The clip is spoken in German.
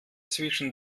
zwischen